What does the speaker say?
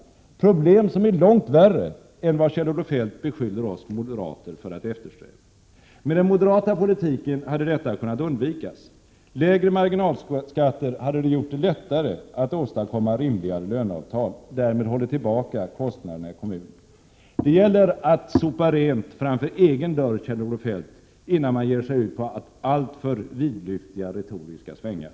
Det är problem som är långt värre än dem som Kjell-Olof Feldt beskyller oss moderater för att eftersträva. Med den moderata politiken hade detta kunnat undvikas. Lägre marginalskatter hade gjort det lättare att åstadkomma rimliga löneavtal, och det hade hållit tillbaka kostnaderna i kommunerna. Det gäller att sopa rent framför egen dörr, Kjell-Olof Feldt, innan man ger sig ut i alltför vidlyftiga retoriska svängar.